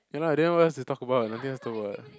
ya lah then what else to talk about nothing else to talk what